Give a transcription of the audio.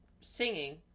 singing